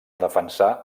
defensar